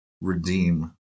redeem